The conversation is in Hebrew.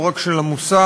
לא רק של המוסר,